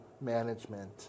management